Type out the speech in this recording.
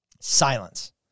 Silence